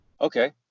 Okay